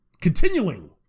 continuing